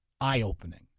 eye-opening